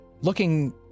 Looking